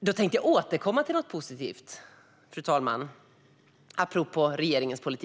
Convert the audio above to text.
Jag tänkte nu återkomma till något positivt apropå regeringens politik.